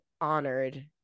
honored